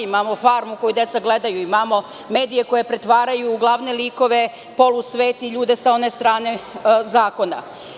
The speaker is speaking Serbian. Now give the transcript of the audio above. Imamo „Farmu“ koju deca gledaju, imamo medije koji pretvaraju u glavne likove polusvet i ljude sa one strane zakona.